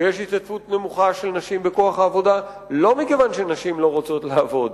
ויש השתתפות נמוכה של נשים בכוח העבודה לא מכיוון שנשים לא רוצות לעבוד,